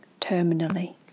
terminally